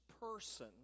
person